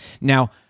Now